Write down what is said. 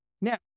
Now